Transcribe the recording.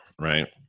right